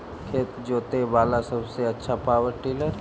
खेत जोते बाला सबसे आछा पॉवर टिलर?